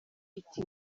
iti